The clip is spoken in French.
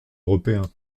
européen